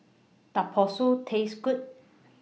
Taste Good